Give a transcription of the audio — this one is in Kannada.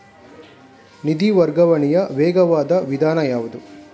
ನಿಧಿ ವರ್ಗಾವಣೆಯ ವೇಗವಾದ ವಿಧಾನ ಯಾವುದು?